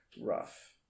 rough